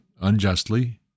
unjustly